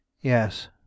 Yes